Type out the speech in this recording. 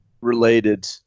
Related